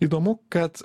įdomu kad